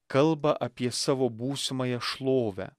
kalba apie savo būsimąją šlovę